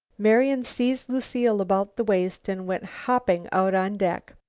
marian seized lucile about the waist and went hopping out on deck.